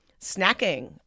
snacking